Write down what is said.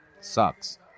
Sucks